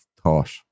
thought